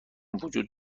وجود